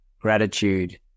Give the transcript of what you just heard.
gratitude